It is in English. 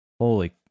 Holy